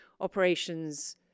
operations